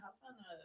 husband